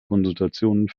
konsultationen